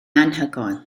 anhygoel